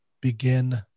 begin